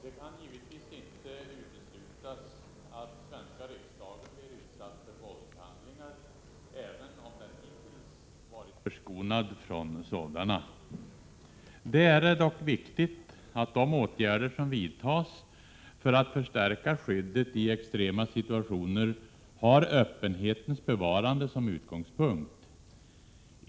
Fru talman! Det kan givetvis inte uteslutas att svenska riksdagen blir utsatt för våldshandlingar, även om den hittills varit förskonad från sådana. Det är dock viktigt att de åtgärder som vidtas för att förstärka skyddet i extrema 49 situationer har öppenhetens bevarande som utgångspunkt.